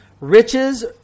Riches